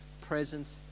present